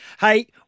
Hey